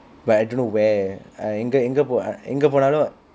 but I don't know where எங்க எங்க போ எங்க போனாலும்:enga enga po enga ponaalum